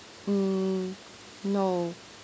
mm no